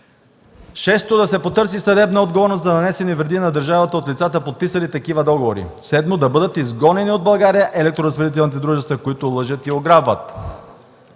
6. Да се потърси съдебна отговорност за нанесени вреди на държавата от лицата, подписали такива договори. 7. Да бъдат изгонени от България електроразпределителните дружества, които лъжат и ограбват.”